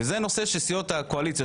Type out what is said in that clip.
זה נושא שסיעות הקואליציה,